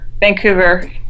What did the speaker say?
Vancouver